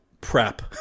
prep